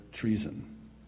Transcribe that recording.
Treason